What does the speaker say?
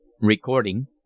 Recording